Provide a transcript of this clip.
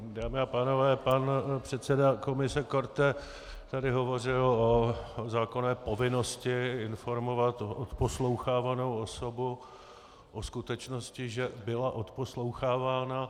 Dámy a pánové, pan předseda komise Korte tady hovořil o zákonné povinnosti informovat odposlouchávanou osobu o skutečnosti, že byla odposlouchávána.